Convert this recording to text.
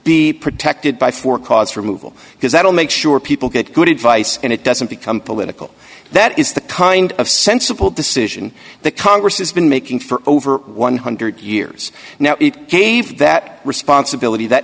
be protected by for cause for mood because that will make sure people get good advice and it doesn't become political that is the kind of sensible decision that congress has been making for over one hundred years now it gave that responsibility that